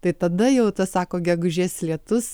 tai tada jau tas sako gegužės lietus